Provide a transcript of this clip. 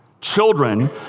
Children